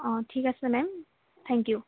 অঁ ঠিক আছে মেম থেংক ইউ